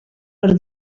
per